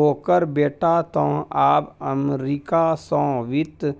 ओकर बेटा तँ आब अमरीका सँ वित्त